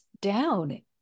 down